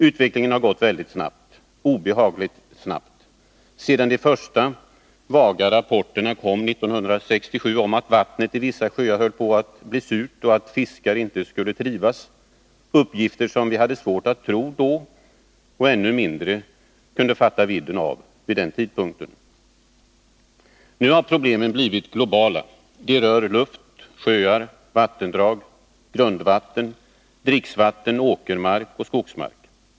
Utvecklingen har gått snabbt, obehagligt snabbt, sedan de första vaga rapporterna kom 1967 om att vattnet i vissa sjöar höll på att bli surt och att fiskar inte trivdes — uppgifter som vi vid den tidpunkten hade svårt att tro på och ännu mindre kunde fatta vidden av. Nu har problemen blivit globala. De rör luft, sjöar, vattendrag, grundvatten, dricksvatten, åkermark och skogsmark.